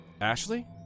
Ashley